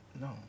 No